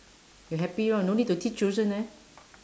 you happy lor no need to teach children eh